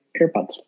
AirPods